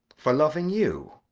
for loving you?